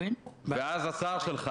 השר שלך